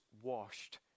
washed